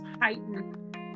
heightened